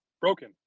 Broken